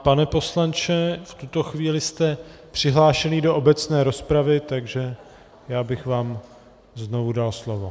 Pane poslanče, v tuto chvíli jste přihlášený do obecné rozpravy, takže já bych vám znovu dal slovo.